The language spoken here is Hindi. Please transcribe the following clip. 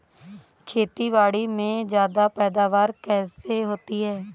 खेतीबाड़ी में ज्यादा पैदावार कैसे होती है?